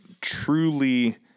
truly